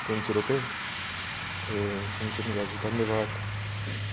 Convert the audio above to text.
तिन सय रुपियाँ ए हुन्छ नि दाजु धन्यवाद